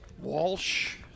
Walsh